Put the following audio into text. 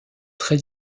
très